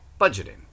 budgeting